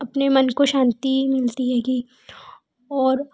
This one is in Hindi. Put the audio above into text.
अपने मन को शांति मिलती हैगी और